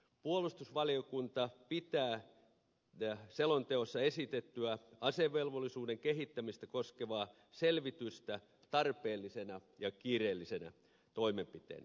puolustusvaliokunta pitää selonteossa esitettyä asevelvollisuuden kehittämistä koskevaa selvitystä tarpeellisena ja kiireellisenä toimenpiteenä